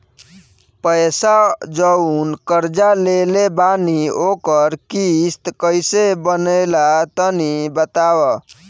पैसा जऊन कर्जा लेले बानी ओकर किश्त कइसे बनेला तनी बताव?